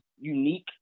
unique